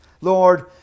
Lord